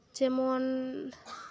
ᱡᱮᱢᱚᱱ